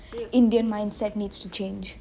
indian mindset needs to change